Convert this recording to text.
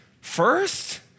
first